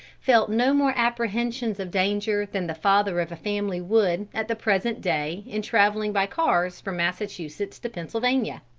felt no more apprehensions of danger than the father of a family would at the present day in traveling by cars from massachusetts to pennsylvania.